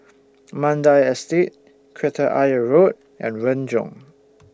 Mandai Estate Kreta Ayer Road and Renjong